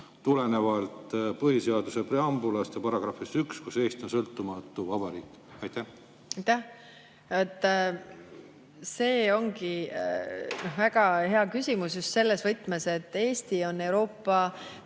tulenevalt põhiseaduse preambulist ja §‑st 1, mille järgi Eesti on sõltumatu vabariik? Aitäh! See ongi väga hea küsimus just selles võtmes, et Eesti on Euroopa